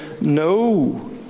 no